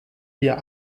wir